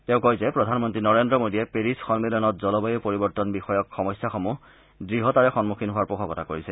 তেওঁ কয় যে প্ৰধানমন্ত্ৰী নৰেন্দ্ৰ মোদীয়ে পেৰিছ সন্মিলনত জলবায়ু পৰিৱৰ্তন বিষয়ক সমস্যাসমূহ দ্ঢ়তাৰে সন্মুখীন হোৱাৰ পোষকতা কৰিছে